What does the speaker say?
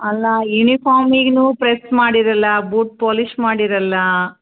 ಅಲ್ಲ ಯೂನಿಫಾರ್ಮಿಗೂನು ಫ್ರೆಶ್ ಮಾಡಿರಲ್ಲ ಬೂಟ್ ಪಾಲೀಶ್ ಮಾಡಿರಲ್ಲ